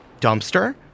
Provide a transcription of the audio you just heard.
dumpster